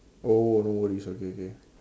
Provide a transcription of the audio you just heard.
oh no worries okay okay